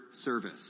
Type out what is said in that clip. service